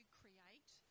create